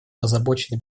озабочена